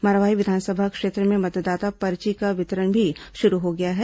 मरवाही विधानसभा क्षेत्र में मतदाता पर्ची का वितरण भी शुरू हो गया है